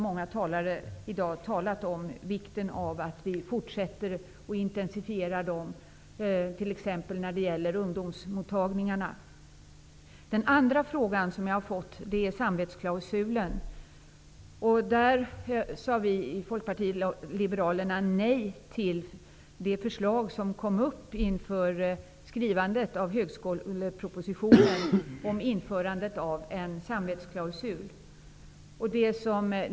Många talare har i dag framhållit vikten av att vi fortsätter att intensifiera dem, t.ex. när det gäller ungdomsmottagningarna. Den andra fråga jag har fått gäller samvetsklausulen. Vi i Folkpartiet liberalerna sade nej till det förslag som kom upp inför skrivandet av högskolepropositionen om införandet av en samvetsklausul.